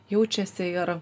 jaučiasi ir